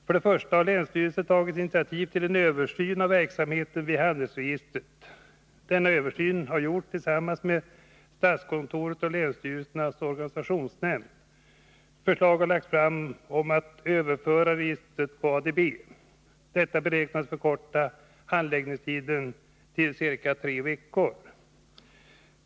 För det första har länsstyrelsen tagit initiativ till en översyn av verksamheten vid handelsregistret. Denna översyn har gjorts tillsammans med statskontoret och länsstyrelsernas organisationsnämnd. Förslag har lagts fram om att överföra registret till ADB. Detta beräknas förkorta handläggningstiden till ca tre veckor.